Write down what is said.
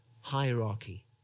hierarchy